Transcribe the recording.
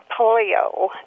polio